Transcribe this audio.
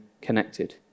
connected